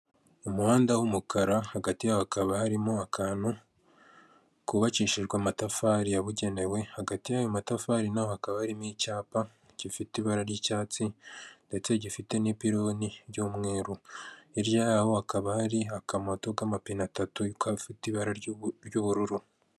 Mu karere ka Muhanga habereyemo irushanwa ry'amagare riba buri mwaka rikabera mu gihugu cy'u Rwanda, babahagaritse ku mpande kugira ngo hataba impanuka ndetse n'abari mu irushanwa babashe gusiganwa nta nkomyi.